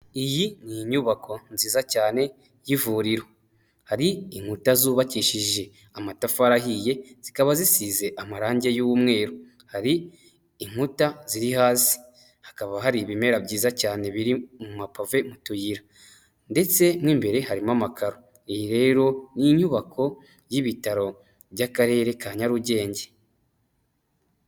Iyi ni inyubako nziza cyane y'ivuriro, hari inkuta zubakishije amatafari arahiye zikaba zisize amarangi y'umweru, hari inkuta ziri hasi, hakaba hari ibimera byiza cyane biri mu mapave mu tuyira ndetse mo imbere harimo amakaro, iyi rero n'inyubako y'ibitaro by'akarere ka nyarugenge.